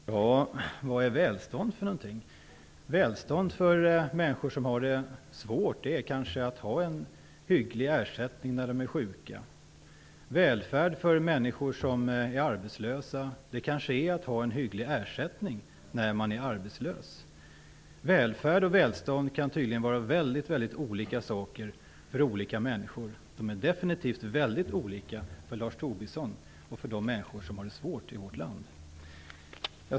Fru talman! Vad är välstånd för någonting? Välstånd för människor som har det svårt är kanske att ha en hygglig ersättning när de är sjuka. Välfärd för människor som är arbetslösa kanske är att ha en hygglig ersättning när man är arbetslös. Välfärd och välstånd kan tydligen vara mycket olika saker för olika människor. De är definitiv väldigt olika för Lars Tobisson och för de människor som har det svårt i vårt land.